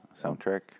soundtrack